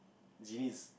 genies